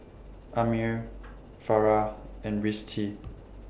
Ammir Farah and Rizqi